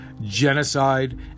genocide